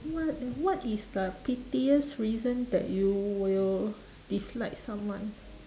what what is the pettiest reason that you will dislike someone